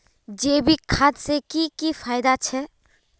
जैविक खाद से की की फायदा छे?